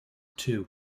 two